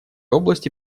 области